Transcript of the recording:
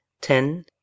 ten